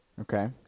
Okay